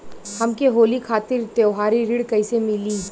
हमके होली खातिर त्योहारी ऋण कइसे मीली?